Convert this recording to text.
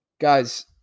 Guys